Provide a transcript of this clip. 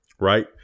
right